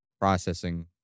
processing